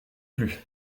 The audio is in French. plus